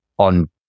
on